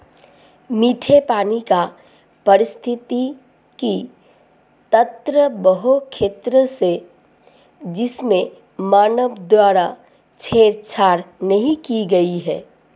मीठे पानी का पारिस्थितिकी तंत्र वह क्षेत्र है जिसमें मानव द्वारा छेड़छाड़ नहीं की गई है